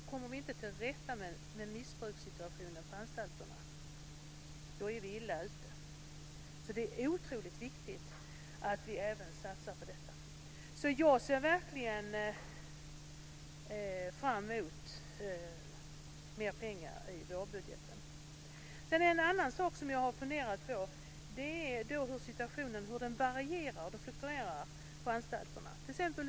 Kommer vi inte till rätta med missbrukssituationen på anstalterna är vi illa ute. Det är otroligt viktigt att vi även satsar på detta. Så jag ser verkligen fram emot mer pengar i vårbudgeten. En annan sak som jag har funderat på är hur situationen varierar, fluktuerar, på anstalterna.